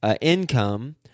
income